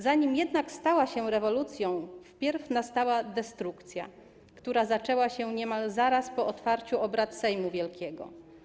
Zanim jednak stała się rewolucją, wpierw nastała destrukcja, która zaczęła się niemal zaraz po otwarciu obrad Sejmu Wielkiego.